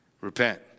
Repent